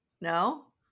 No